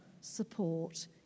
support